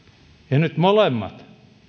ja nyt molemmat